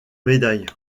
médaille